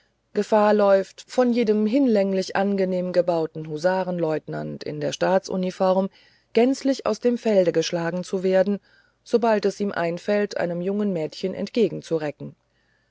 gefahr läuft von jedem hinlänglich angenehm gebauten husarenleutnant in der staatsuniform gänzlich aus dem felde geschlagen zu werden sobald es ihm einfällt einem jungen mädchen entgegenzurecken